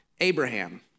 Abraham